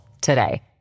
today